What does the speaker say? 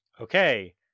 Okay